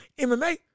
MMA